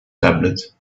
tablet